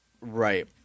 right